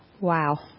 Wow